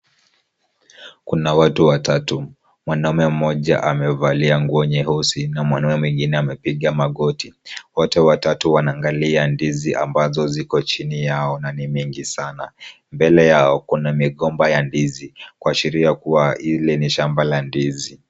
Kuna watu watatu. Mwanaume mmoja amevalia nguo nyeusi na mwanaume mwingine amepiga magoti. Wote watatu wanaangalia ndizi ambazo ziko chini yao na ni mingi sana. Mbele yao kuna migomba ya ndizi kuashiria kuwa hili ni shamba la ndizi.